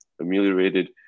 ameliorated